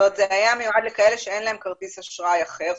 זה היה מיועד לכאלה שאין להם כרטיס אשראי אחר.